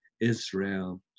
Israel